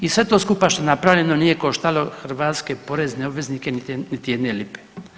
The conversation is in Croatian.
I sve to skupa što je napravljeno nije koštalo hrvatske porezne obveznike niti, niti jedne lipe.